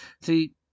See